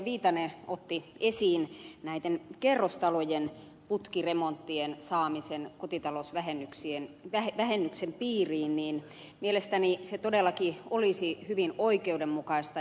viitanen otti esiin näiden kerrostalojen putkiremonttien saamisen kotitalousvähennyksen piiriin niin mielestäni se todellakin olisi hyvin oikeudenmukaista